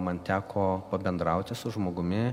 man teko pabendrauti su žmogumi